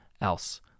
else